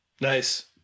nice